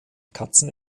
katzen